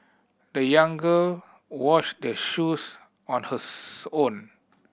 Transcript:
the young girl washed their shoes on hers own